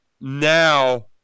now –